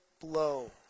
blow